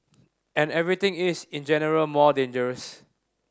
and everything is in general more dangerous